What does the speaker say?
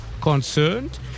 concerned